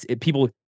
people